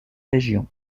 région